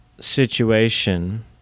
situation